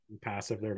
passive